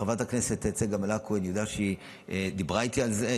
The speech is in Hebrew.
חברת הכנסת צגה מלקו דיברה איתי על זה,